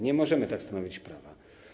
Nie możemy tak stanowić prawa.